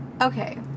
Okay